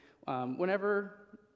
whenever